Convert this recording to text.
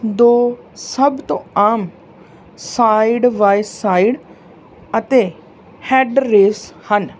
ਦੋ ਸਭ ਤੋਂ ਆਮ ਸਾਈਡ ਵਾਯ ਸਾਈਡ ਅਤੇ ਹੈੱਡ ਰੇਸ ਹਨ